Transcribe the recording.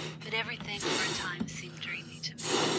but everything for a time seemed dreamy to me.